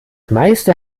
meiste